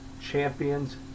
champions